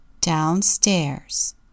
Downstairs